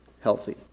healthy